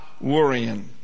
worrying